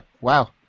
Wow